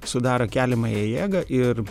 sudaro keliamąją jėgą ir